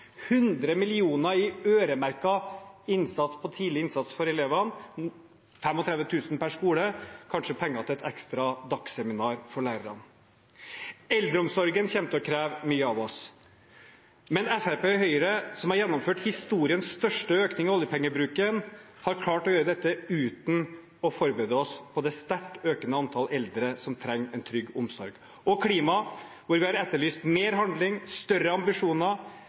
100 mill. kr i øremerket innsats på tidlig innsats for elevene – 35 000 kr per skole – er kanskje penger til et ekstra dagsseminar for lærerne. Eldreomsorgen kommer til å kreve mye av oss. Men Fremskrittspartiet og Høyre, som har gjennomført historiens største økning av oljepengebruken, har klart å gjøre dette uten å forberede oss på det sterkt økende antallet eldre som trenger en trygg omsorg. Når det gjelder klima, hvor vi har etterlyst mer handling, større ambisjoner,